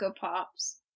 Pops